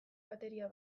bateria